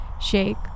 shake